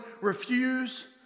refuse